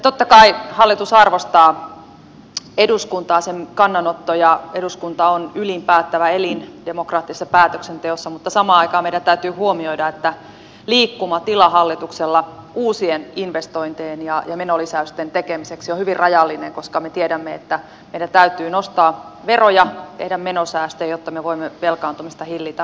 totta kai hallitus arvostaa eduskuntaa sen kannanottoja eduskunta on ylin päättävä elin demokraattisessa päätöksenteossa mutta samaan aikaan meidän täytyy huomioida että liikkumatila hallituksella uusien investointien ja menolisäysten tekemiseksi on hyvin rajallinen koska me tiedämme että meidän täytyy nostaa veroja tehdä menosäästöjä jotta me voimme velkaantumista hillitä